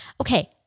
okay